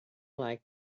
like